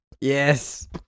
Yes